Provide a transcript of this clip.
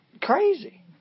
crazy